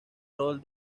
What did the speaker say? rol